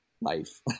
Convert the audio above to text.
life